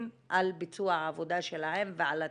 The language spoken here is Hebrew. על ביצוע העבודה שלהם וגם על התקצוב.